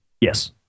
Yes